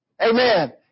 Amen